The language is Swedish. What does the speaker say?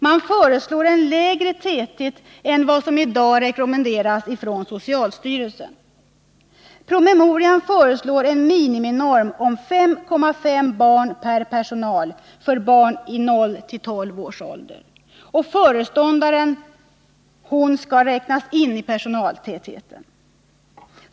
Där föreslås en lägre täthet än vad som i dag rekommenderas av socialstyrelsen, nämligen en miniminorm om 5,5 barn per personal för barn i 0-12 års ålder. Och föreståndaren skall räknas med när man beräknar personaltätheten.